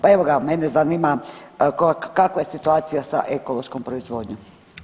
Pa evo ga, mene zanima kakva je situacija sa ekološkom proizvodnjom.